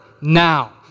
now